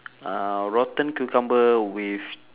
uh rotten cucumber with